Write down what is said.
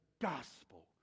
gospel